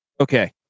okay